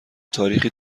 تاریخی